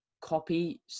copy